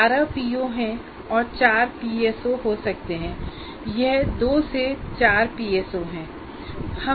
12 PO हैं और 4 PSO हो सकते हैं यह 2 से 4 पीएसओ हैं